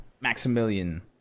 Maximilian